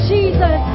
Jesus